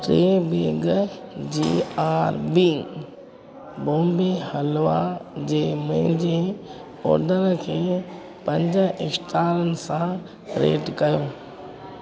टे bag G R B Bombay halwa जे मुंहिंजे ऑडर खे पंज स्टारनि सां रेट कयो